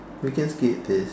we can skip this